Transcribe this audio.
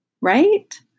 right